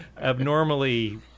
abnormally